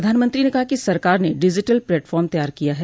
प्रधानमंत्री ने कहा कि सरकार ने डिजिटल प्लेयटफॉर्म तैयार किया है